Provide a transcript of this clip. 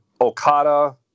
Okada